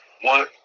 one